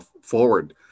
forward